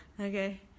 okay